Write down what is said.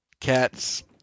Cats